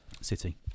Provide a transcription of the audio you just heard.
City